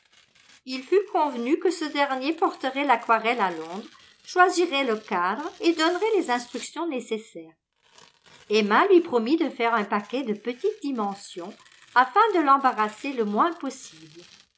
il fut convenu que ce dernier porterait l'aquarelle à londres choisirait le cadre et donnerait les instructions nécessaires emma lui promit de faire un paquet de petite dimension afin de l'embarrasser le moins possible